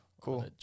cool